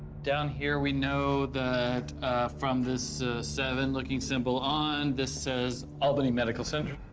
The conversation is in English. down here we know that from this seven looking symbol on, this says albany medical center.